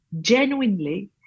genuinely